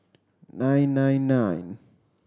nine nine nine